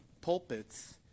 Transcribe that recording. pulpits